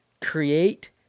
Create